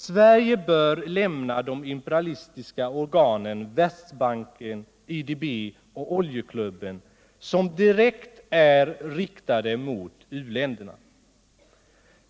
Sverige bör lämna de imperialistiska organen Världsbanken, IDB och oljeklubben, som direkt är riktade mot u-länderna.